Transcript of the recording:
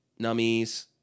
nummies